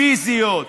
הפיזיות.